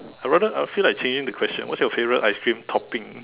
I rather I feel like changing the question what is your favorite ice cream topping